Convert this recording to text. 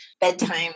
bedtime